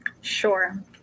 Sure